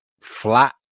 flat